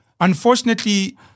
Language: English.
Unfortunately